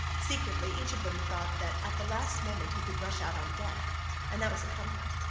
secretly each of them thought that at the last moment he could rush out on deck and that was a comfort.